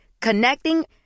connecting